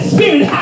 Spirit